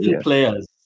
players